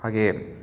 ಹಾಗೆಯೇ